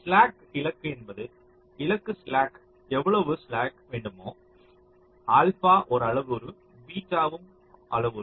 slack இலக்கு என்பது இலக்கு ஸ்லாக் எவ்வளவு ஸ்லாக் வேண்டுமோ ஆல்பா ஒரு அளவுரு பீட்டாவும் அளவுரு